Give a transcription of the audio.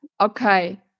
okay